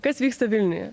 kas vyksta vilniuje